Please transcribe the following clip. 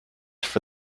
for